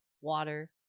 water